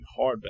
Hardback